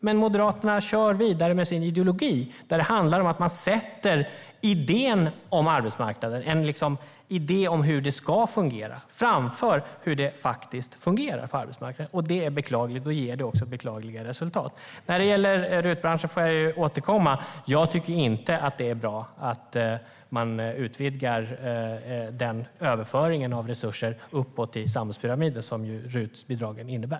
Men Moderaterna kör vidare med sin ideologi där man sätter idén om hur det ska fungera på arbetsmarknaden framför hur det faktiskt fungerar på arbetsmarknaden. Det är beklagligt och ger också beklagliga resultat. När det gäller RUT-branschen får jag återkomma. Jag tycker inte att det är bra att man ökar överföringen av resurser uppåt i samhällspyramiden, som ju RUT-bidragen innebär.